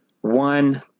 One